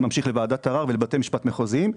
זה ממשיך לוועדת ערר ולבתי משפט מחוזיים.